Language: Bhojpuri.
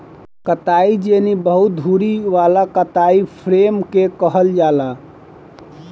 कताई जेनी बहु धुरी वाला कताई फ्रेम के कहल जाला